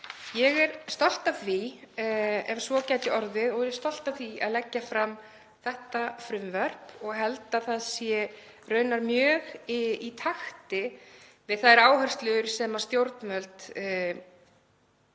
Ég er stolt af því ef svo gæti orðið og er stolt af því að leggja fram þetta frumvarp og held að það sé raunar mjög í takti við þær áherslur sem stjórnvöld